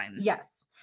Yes